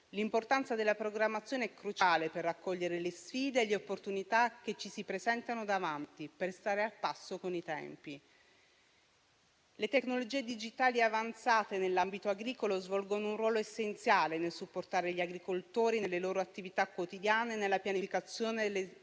L'importanza della programmazione è cruciale per raccogliere le sfide e le opportunità che ci si presentano davanti e per stare al passo con i tempi. Le tecnologie digitali avanzate nell'ambito agricolo svolgono un ruolo essenziale nel supportare gli agricoltori nelle loro attività quotidiane e nella pianificazione delle strategie